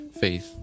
faith